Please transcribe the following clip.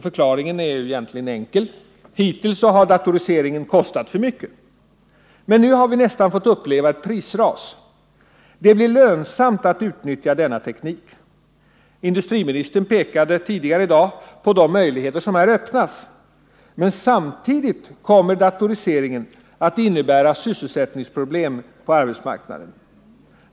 Förklaringen är egentligen enkel. Hittills har datoriseringen kostat för mycket. Men nu har vi nästan fått uppleva ett prisras. Det blir lönsamt att utnyttja denna nya teknik. Industriministern pekade tidigare i dag på de möjligheter som här öppnas. Men samtidigt kommer datoriseringen att innebära stora sysselsättningsproblem på arbetsmarknaden.